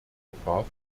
gefahr